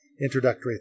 introductory